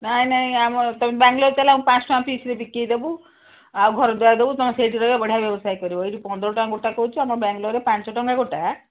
ନାଇଁ ନାଇଁ ଆମର ତୁମେ ବାଙ୍ଗାଲୋର ଚାଲ ଆମ ପାଞ୍ଚ ଟଙ୍କା ପିସ୍ରେ ବିକି ଦବୁ ଆଉ ଘର ଦୁଆର ଦବୁ ତୁମେ ସେଇଠି ରହିବ ବଢ଼ିଆ ବ୍ୟବସାୟ କରିବ ଏଇଠି ପନ୍ଦର ଟଙ୍କା ଗୋଟା କହୁଛି ଆମ ବାଙ୍ଗାଲୋରରେ ପାଞ୍ଚ ଟଙ୍କା ଗୋଟା